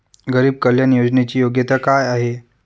गरीब कल्याण योजनेची योग्यता काय आहे?